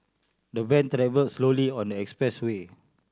the van travelled slowly on the expressway